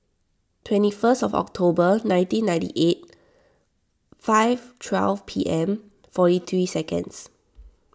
twenty first of October nineteen ninety eight five twelve P M forty three seconds